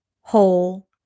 whole